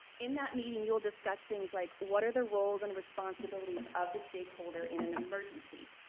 in that meeting, you will discuss things like what are the roles and responsibilities of the stakeholder in an emergency?